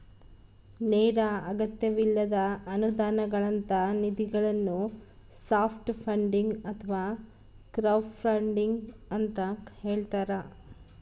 ನೇರ ಅಗತ್ಯವಿಲ್ಲದ ಅನುದಾನಗಳಂತ ನಿಧಿಗಳನ್ನು ಸಾಫ್ಟ್ ಫಂಡಿಂಗ್ ಅಥವಾ ಕ್ರೌಡ್ಫಂಡಿಂಗ ಅಂತ ಹೇಳ್ತಾರ